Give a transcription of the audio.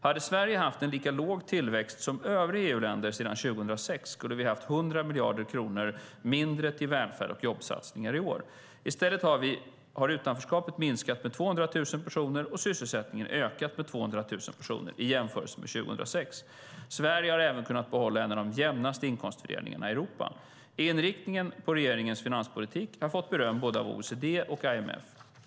Hade Sverige haft lika låg tillväxt som övriga EU-länder sedan 2006 skulle vi haft 100 miljarder kronor mindre till välfärd och jobbsatsningar i år. I stället har utanförskapet minskat med 200 000 personer och sysselsättningen ökat med 200 000 personer jämfört med 2006. Sverige har även kunnat behålla en av de jämnaste inkomstfördelningarna i Europa. Inriktningen på regeringens finanspolitik har fått beröm av både OECD och IMF.